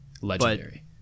legendary